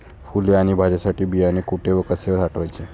फुले आणि भाज्यांसाठी बियाणे कुठे व कसे साठवायचे?